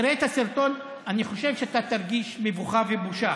תראה את הסרטון, אני חושב שאתה תרגיש מבוכה ובושה.